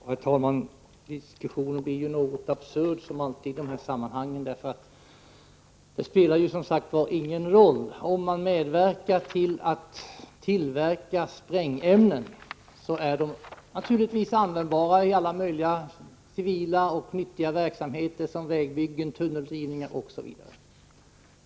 Herr talman! Diskussionen blir något absurd som alltid i dessa sammanhang. Sprängämnen är naturligtvis användbara i alla möjliga civila och nyttiga verksamheter, såsom vägbyggen, tunneldrivningar osv.